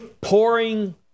pouring